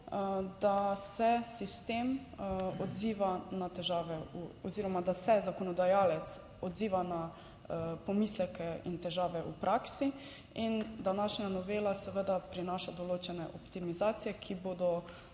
da se sistem odziva na težave oziroma, da se zakonodajalec odziva na pomisleke in težave v praksi. In današnja novela seveda prinaša določene optimizacije, ki bodo